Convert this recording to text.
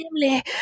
family